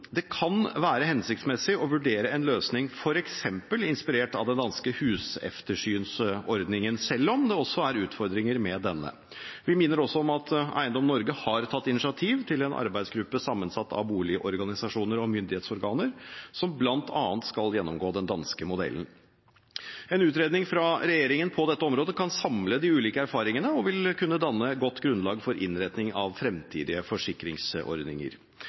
bolighandelen, kan det være hensiktsmessig å vurdere en løsning f.eks. inspirert av den danske huseftersynsordningen, selv om det også er utfordringer med denne. Vi minner også om at Eiendom Norge har tatt initiativ til en arbeidsgruppe sammensatt av boligorganisasjoner og myndighetsorganer, som bl.a. skal gjennomgå den danske modellen. En utredning fra regjeringen på dette området kan samle de ulike erfaringene og vil kunne danne et godt grunnlag for innretning av fremtidige forsikringsordninger.